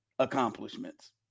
accomplishments